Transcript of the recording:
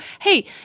hey